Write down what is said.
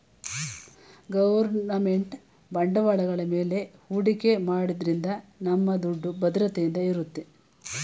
government ಬಾಂಡ್ಗಳ ಮೇಲೆ ಹೂಡಿಕೆ ಮಾಡೋದ್ರಿಂದ ನಮ್ಮ ದುಡ್ಡು ಭದ್ರತೆಯಿಂದ ಇರುತ್ತೆ